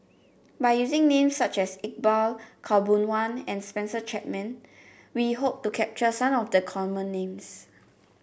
by using names such as Iqbal Khaw Boon Wan and Spencer Chapman we hope to capture some of the common names